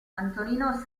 antonino